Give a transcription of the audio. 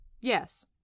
Yes